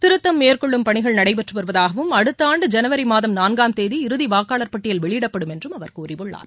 திருத்தம் மேற்கொள்ளும் பணிகள் நடைபெற்று வருவதாகவும் அடுத்த ஆண்டு ஐனவரி மாதம் நான்காம் தேதி இறுதி வாக்காளர் பட்டியல் வெளியிடப்படும் என்றும் அவர் கூறியுள்ளார்